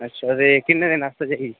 अच्छा ते कि'न्ने दिनें आस्तै जाना